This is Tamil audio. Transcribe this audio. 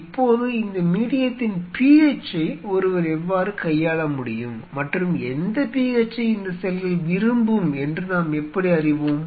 இப்போது இந்த மீடியத்தின் pH ஐ ஒருவர் எவ்வாறு கையாள முடியும் மற்றும் எந்த pH யை இந்த செல்கள் விரும்பும் என்று நாம் எப்படி அறிவோம்